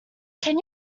can